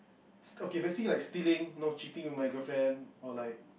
st~ okay basically like stealing no cheating with my girlfriend or like